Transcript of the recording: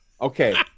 Okay